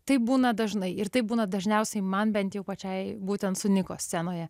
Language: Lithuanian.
taip būna dažnai ir taip būna dažniausiai man bent jau pačiai būtent su niko scenoje